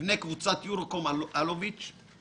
מבנה קבוצת יורוקום אלוביץ'